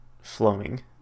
flowing